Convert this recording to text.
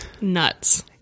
Nuts